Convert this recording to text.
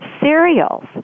cereals